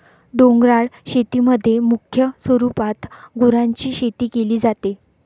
डोंगराळ शेतीमध्ये मुख्य स्वरूपात गुरांची शेती केली जाते